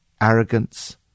Arrogance